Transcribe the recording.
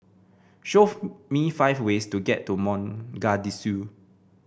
show me five ways to get to Mogadishu